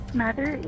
mother